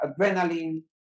adrenaline